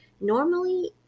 normally